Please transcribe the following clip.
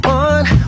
one